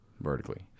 vertically